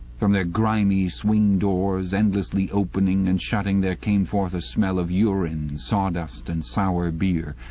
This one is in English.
from their grimy swing doors, endlessly opening and shutting, there came forth a smell of urine, sawdust, and sour beer.